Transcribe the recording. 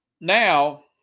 now